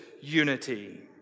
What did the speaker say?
unity